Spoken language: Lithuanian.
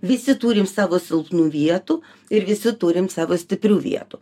visi turim savo silpnų vietų ir visi turim savo stiprių vietų